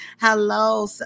Hello